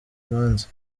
manza